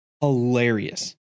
hilarious